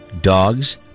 Dogs